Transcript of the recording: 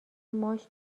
ماچ